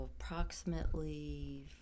approximately